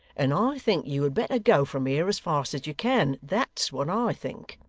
and i think you had better go from here, as fast as you can. that's what i think